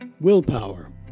Willpower